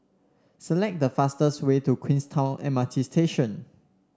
select the fastest way to Queenstown M R T Station